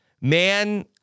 Man